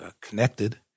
connected